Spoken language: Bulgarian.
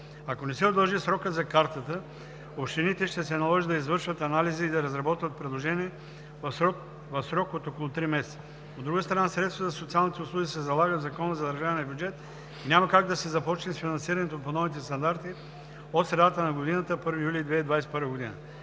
Ако не се удължи срокът за Картата, общините ще се наложи да извършват анализи и да разработват предложения в срок от около 3 месеца. От друга страна, средствата за социалните услуги се залагат в Закона за държавния бюджет и няма как да се започне с финансирането по нови стандарти от средата на годината – 1 юли 2021 г.